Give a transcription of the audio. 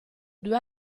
due